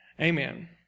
Amen